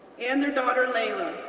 and their daughter, layla.